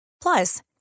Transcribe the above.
Plus